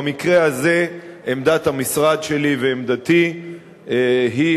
במקרה הזה עמדת המשרד שלי ועמדתי היא,